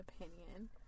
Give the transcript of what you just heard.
opinion